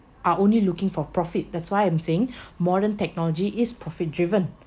I'll only looking for profit that's why I'm saying modern technology is profit driven